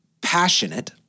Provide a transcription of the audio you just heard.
passionate